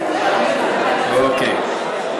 אוקיי.